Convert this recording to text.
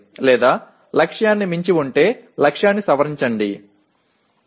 அல்லது இலக்கை மீறியிருந்தால் இலக்கைத் திருத்தவும்